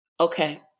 Okay